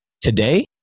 today